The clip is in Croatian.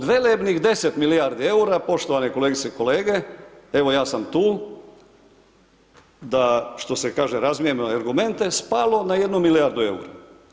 Od velebnih 10 milijardi EUR-a, poštovane kolegice i kolege, evo ja sam tu, da što se kaže, razmijenimo argumente, spalo na 1 milijardu EUR-a.